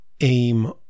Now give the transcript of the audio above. aim